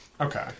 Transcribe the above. okay